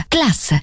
Class